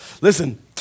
Listen